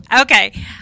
okay